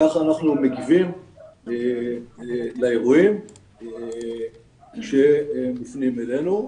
כך אנחנו מגיבים לאירועים שמופנים אלינו.